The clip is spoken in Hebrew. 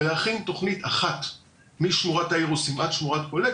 ולהכין תכנית אחת משמורת האירוסים עד שמורת פולג,